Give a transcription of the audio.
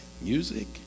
music